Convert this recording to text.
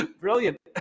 brilliant